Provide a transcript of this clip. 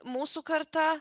mūsų karta